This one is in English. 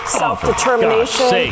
self-determination